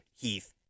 Heath